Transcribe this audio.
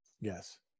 Yes